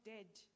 dead